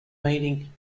meeting